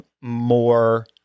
more